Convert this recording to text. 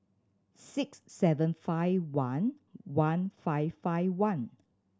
six seven five one one five five one